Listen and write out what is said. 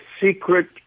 secret